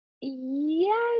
yes